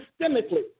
systemically